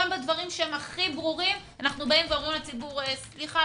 גם בדברים שהם הכי ברורים אנחנו באים ואומרים לציבור: סליחה,